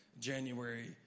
January